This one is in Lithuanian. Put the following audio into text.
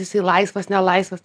esi laisvas nelaisvas